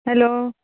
hello